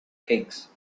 cakes